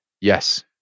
Yes